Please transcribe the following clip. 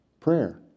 Prayer